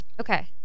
Okay